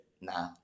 nah